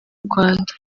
rwanda